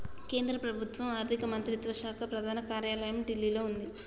కేంద్ర ప్రభుత్వం ఆర్ధిక మంత్రిత్వ శాఖ ప్రధాన కార్యాలయం ఢిల్లీలో వుంది